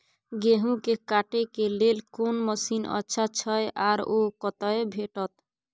गेहूं के काटे के लेल कोन मसीन अच्छा छै आर ओ कतय भेटत?